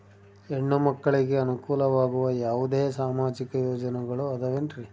ಹೆಣ್ಣು ಮಕ್ಕಳಿಗೆ ಅನುಕೂಲವಾಗುವ ಯಾವುದೇ ಸಾಮಾಜಿಕ ಯೋಜನೆಗಳು ಅದವೇನ್ರಿ?